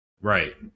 Right